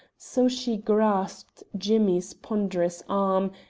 so she grasped jimmy's ponderous arm,